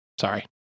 Sorry